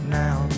now